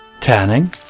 Tanning